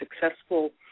successful